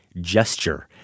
gesture